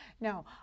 No